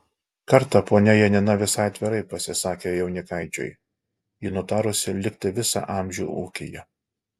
kartą ponia janina visai atvirai pasisakė jaunikaičiui ji nutarusi likti visą amžių ūkyje